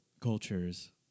cultures